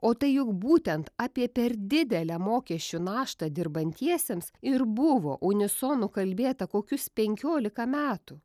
o tai juk būtent apie per didelę mokesčių naštą dirbantiesiems ir buvo unisonu kalbėta kokius penkiolika metų